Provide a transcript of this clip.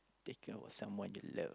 taken with someone you love